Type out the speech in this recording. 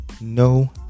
No